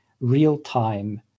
real-time